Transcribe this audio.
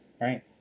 right